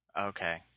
Okay